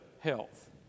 health